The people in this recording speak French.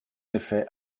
effet